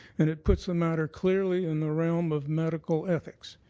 and it puts the matter clearly in the realm of medical ethics.